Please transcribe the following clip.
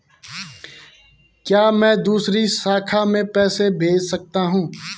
क्या मैं दूसरी शाखा में पैसे भेज सकता हूँ?